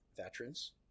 veterans